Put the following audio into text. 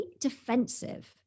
defensive